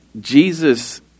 Jesus